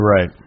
Right